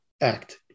Act